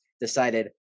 decided